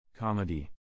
Comedy